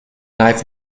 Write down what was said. knife